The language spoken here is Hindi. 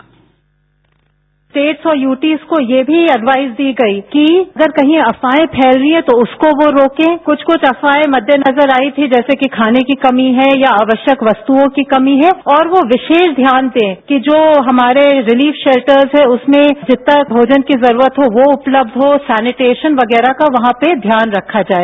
साउंड बाईट स्टेट्स और यूटीज को यह भी एडवायस दी गई कि अगर कहीं अफवाहें फैल रही हैं तो उसको वो रोकें कुछ कुछ अफवाहें मद्देनजर आई थीं जैसे कि खाने की कमी है या आवश्यक वस्तुओं की कमी है और वह विशेष ध्यानदें कि जो हमारे रिलीफ शैल्टर्स हैं उसमें जितना भोजन की जरूरत हो वो उपलब्ध हो सैनिटेशन वगैरह का वहां पर ध्यान रखा जाए